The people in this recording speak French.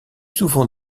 souvent